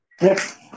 Yes